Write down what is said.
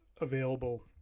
available